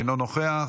אינו נוכח,